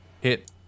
hit